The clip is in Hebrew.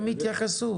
הם יתייחסו.